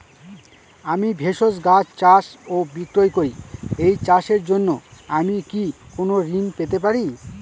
আমি ভেষজ গাছ চাষ ও বিক্রয় করি এই চাষের জন্য আমি কি কোন ঋণ পেতে পারি?